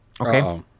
Okay